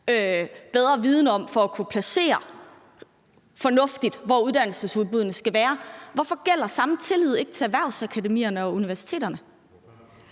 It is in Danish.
placere det fornuftigt, altså i forhold til hvor uddannelsesudbuddene skal være. Hvorfor gælder den samme tillid ikke til erhvervsakademierne og universiteterne?